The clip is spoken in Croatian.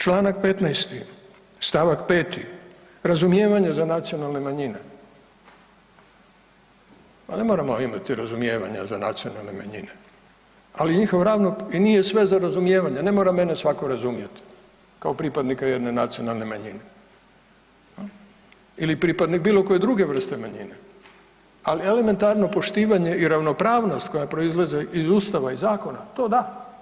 Čl. 15. st. 5. razumijevanje za nacionalne manjine, pa ne moramo imati razumijevanja za nacionalne manjine i nije sve za razumijevanje, ne mora mene svako razumjeti kao pripadnika jedne nacionalne manjine ili pripadnik bilo koje druge vrste manjine, ali elementarno poštivanje i ravnopravnost koja proizlazi iz Ustava i zakona, to da.